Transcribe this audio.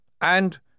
And—